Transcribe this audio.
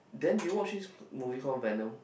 then do you watch this movie call Venom